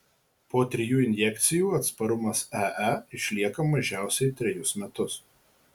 po trijų injekcijų atsparumas ee išlieka mažiausiai trejus metus